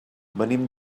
venim